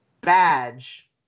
badge